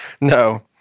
No